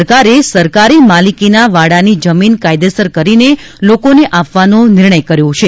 સરકારે સરકારી માલીકીની વાડાની જમીન કાયદેસર કરીને લોકોને આપવાનો નિર્ણય કર્યો છે